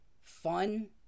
fun